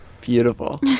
Beautiful